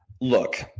Look